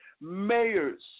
mayors